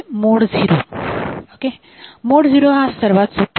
मोड zero हा सर्वात सोपा आहे